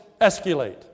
escalate